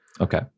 Okay